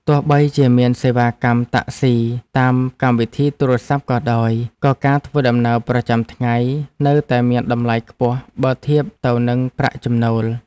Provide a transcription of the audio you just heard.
ទោះបីជាមានសេវាកម្មតាក់ស៊ីតាមកម្មវិធីទូរស័ព្ទក៏ដោយ ក៏ការធ្វើដំណើរប្រចាំថ្ងៃនៅតែមានតម្លៃខ្ពស់បើធៀបទៅនឹងប្រាក់ចំណូល។